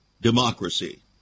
democracy